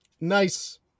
Nice